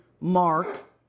Mark